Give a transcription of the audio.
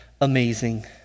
amazing